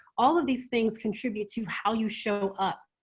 all of these things contribute to how you show up.